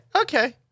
Okay